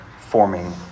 forming